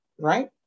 right